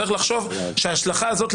צריך לחשוב שההשלכה הזאת,